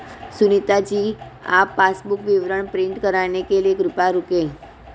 सुनीता जी आप पासबुक विवरण प्रिंट कराने के लिए कृपया रुकें